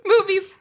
movies